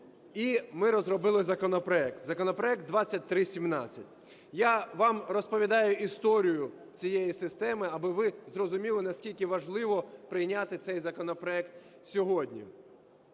і ми розробили законопроект, законопроект 2317. Я вам розповідаю історію цієї системи, аби ви зрозуміли, наскільки важливо прийняти цей законопроект сьогодні.